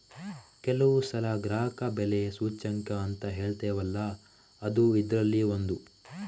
ಕೆಲವು ಸಲ ಗ್ರಾಹಕ ಬೆಲೆ ಸೂಚ್ಯಂಕ ಅಂತ ಹೇಳ್ತೇವಲ್ಲ ಅದೂ ಇದ್ರಲ್ಲಿ ಒಂದು